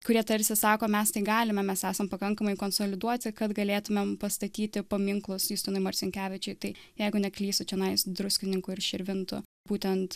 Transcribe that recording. kurie tarsi sako mes tai galime mes esam pakankamai konsoliduoti kad galėtumėm pastatyti paminklus justinui marcinkevičiui tai jeigu neklystu čionais druskininkų ir širvintų būtent